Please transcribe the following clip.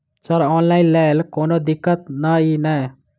Sir online लैल कोनो दिक्कत न ई नै?